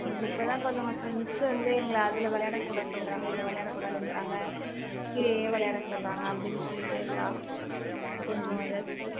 ம் இப்ப தான் கொஞ்சம் அந்த மிஸ் வந்து எங்களை அதில் விளையாட கூடாதுன்றாங்க இதில் விளையாட கூடாதுன்றாங்க கீழேயே விளையாட சொல்லுறாங்க அப்படினு சொல்லிகிட்டே இருக்கா கொஞ்சம் எதாவது